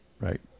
Right